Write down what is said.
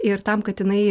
ir tam kad jinai